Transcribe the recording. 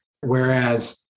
Whereas